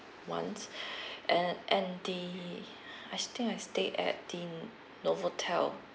once and and the I think I stayed at the novotel